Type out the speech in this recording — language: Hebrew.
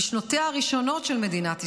בשנותיה הראשונות של מדינת ישראל.